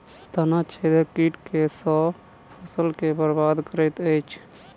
तना छेदक कीट केँ सँ फसल केँ बरबाद करैत अछि?